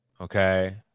Okay